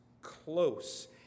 close